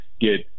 get